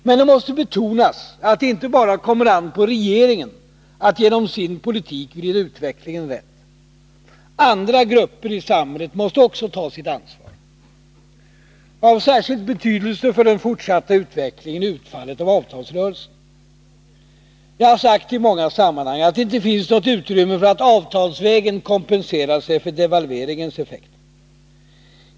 Men det måste betonas att det inte bara kommer an på regeringen att genom sin politik vrida utvecklingen rätt. Andra grupper i samhället måste också ta sitt ansvar. Av särskild betydelse för den fortsatta utvecklingen är utfallet av avtalsrörelsen. Jag har sagt i många sammanhang att det inte finns något utrymme för att avtalsvägen kompensera sig för devalveringens effekter.